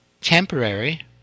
temporary